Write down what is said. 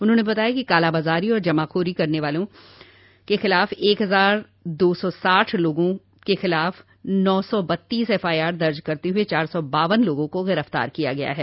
उन्होंने बताया कि कालाबाजारी और जमाखोरी करने वाले एक हजार दो सौ साठ लोगों के खिलाफ नौ सौ बत्तीस एफआईआर दर्ज करते हुए चार सौ बावन लोगों को गिरफ्तार किया गया है